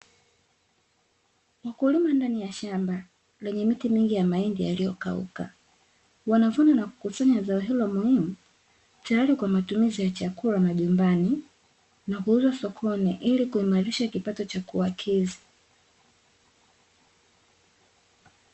Wakulima ndani ya shamba lenye miti mingi ya mahindi yaliyokauka, wanavuna na kukusanya zao hilo muhimu tayari kwa matumizi ya chakula majumbani na kuuza sokoni ilikuimarisha kipato cha kuwakidhi.